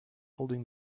holding